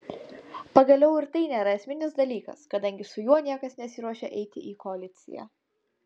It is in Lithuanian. pagaliau ir tai nėra esminis dalykas kadangi su juo niekas nesiruošia eiti į koaliciją